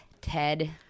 Ted